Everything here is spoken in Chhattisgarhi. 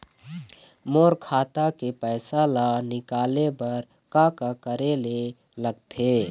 मोर खाता के पैसा ला निकाले बर का का करे ले लगथे?